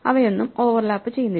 അവയൊന്നും ഓവർലാപ്പ് ചെയ്യുന്നില്ല